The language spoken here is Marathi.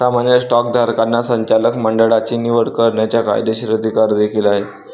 सामान्य स्टॉकधारकांना संचालक मंडळाची निवड करण्याचा कायदेशीर अधिकार देखील आहे